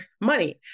money